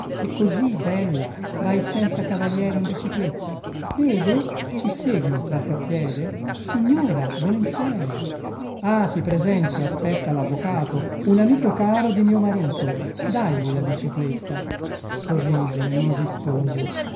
e così bella vai senza cavalieri in bicicletta vede ci segui un tratto a piede signora volentieri ah ti presento aspetta lavvocato un amico caro di mio marito dagli la bicicletta sorrise e non rispose